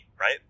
right